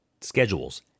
schedules